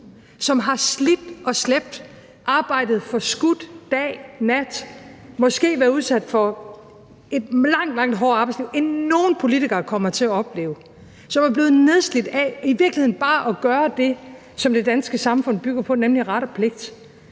som har slidt og slæbt, arbejdet forskudt om dagen og natten og måske været udsat for et langt, langt hårdere arbejdsliv, end nogen politikere kommer til at opleve; som er blevet nedslidt af i virkeligheden bare at leve op til det, som det danske samfund bygger på, nemlig ret og pligt;